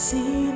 See